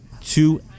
two